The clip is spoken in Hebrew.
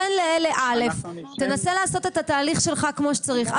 תן לאלה א', תנסה לעשות את התהליך שלך כמו שצריך.